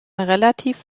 relativ